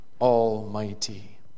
Almighty